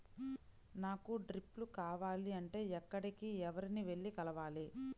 నాకు డ్రిప్లు కావాలి అంటే ఎక్కడికి, ఎవరిని వెళ్లి కలవాలి?